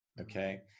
okay